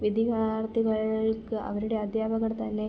വിദ്യാർത്ഥികൾക്ക് അവരുടെ അധ്യാപകർ തന്നെ